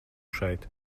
šeit